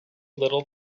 little